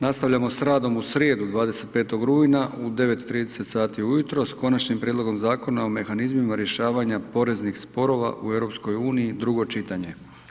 Nastavljamo s radom u srijedu, 25. rujna u 9 i 30 sati ujutro sa Konačnim prijedlogom Zakona o mehanizmima rješavanja poreznih sporova u EU-u, drugo čitanje.